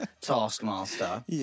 Taskmaster